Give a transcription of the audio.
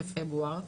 בפברואר,